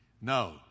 No